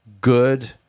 good